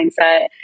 mindset